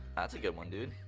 that's a good one, dude.